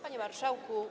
Panie Marszałku!